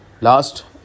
last